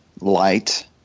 light